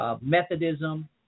Methodism